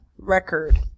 Record